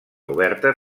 oberta